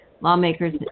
Lawmakers